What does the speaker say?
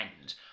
end